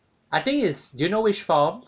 I think it's do you know which form